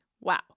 Wow